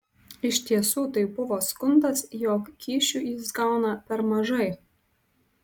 iš tiesų tai buvo skundas jog kyšių jis gauna per mažai